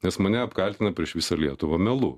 nes mane apkaltina prieš visą lietuvą melu